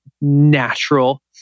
natural